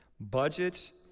Budgets